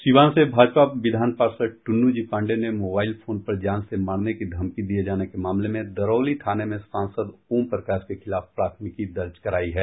सिवान से भाजपा विधान पार्षद टून्नू जी पांडेय ने मोबाईल फोन पर जान से मारने की धमकी दिये जाने के मामले में दरौली थाने में सांसद ओम प्रकाश के खिलाफ प्राथमिकी दर्ज करायी है